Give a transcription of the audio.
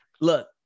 Look